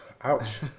Ouch